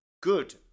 good